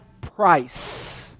price